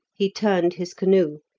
he turned his canoe,